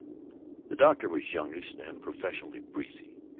the doctor was youngish and professionally breezy.